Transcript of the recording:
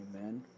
Amen